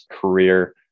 career